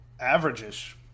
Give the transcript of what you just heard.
average-ish